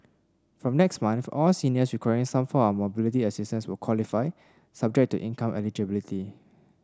from next month all seniors requiring some form of mobility assistance will qualify subject to income eligibility